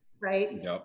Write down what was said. right